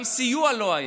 גם סיוע לא היה,